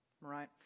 right